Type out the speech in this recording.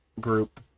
group